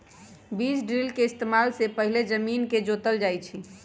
बीज ड्रिल के इस्तेमाल से पहिले जमीन के जोतल जाई छई